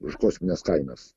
už kosmines kainas